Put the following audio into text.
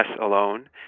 alone